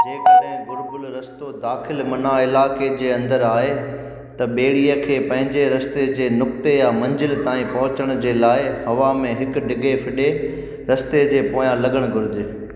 जेकड॒हिं घुरिबलु रस्तो दाखि़ली मना इलाइक़े जे अंदरि आहे त बे॒ड़ी खे पंहिंजे रस्ते जे नुक़्ते या मंज़िल ताईं पहुचण जे लाइ हवा में हिकु डिगे फिडे॒ रस्ते जे पोयां लग॒णु घुरिजे